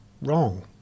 wrong